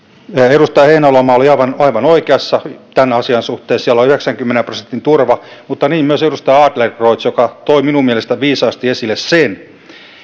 edustaja heinäluoma oli aivan aivan oikeassa tämän asian suhteen siellä on yhdeksänkymmenen prosentin turva mutta niin myös edustaja adlercreutz joka toi minun mielestäni viisaasti esille sen